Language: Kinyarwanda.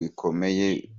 bikomeye